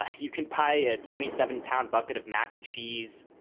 ah you can pay a twenty seven pound bucket of mac and cheese,